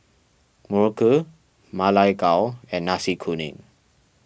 Muruku Ma Lai Gao and Nasi Kuning